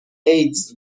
ایدز